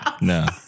No